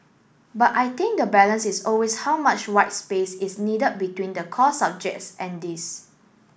but I think the balance is always how much white space is needed between the core subjects and this